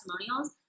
testimonials